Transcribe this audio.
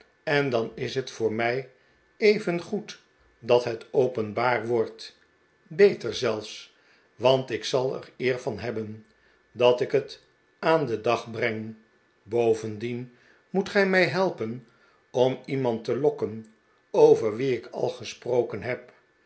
en dan is het voor mij evengoed dat het openbaar wordt beter zelfs want ik zal er eer van hebben dat ik het aan den dag breng bovendien moet gij mij helpen om iemand te lokken over wien ik al gesproken heb